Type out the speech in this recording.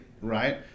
right